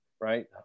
right